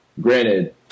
granted